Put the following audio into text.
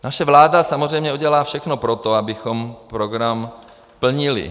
Naše vláda samozřejmě udělá všechno pro to, abychom program plnili.